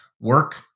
work